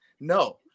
no